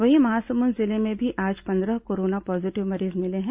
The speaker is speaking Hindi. वहीं महासमुंद जिले में भी आज पंद्रह कोरोना पॉजीटिव मरीज मिले हैं